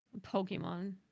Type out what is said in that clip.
pokemon